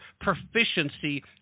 proficiency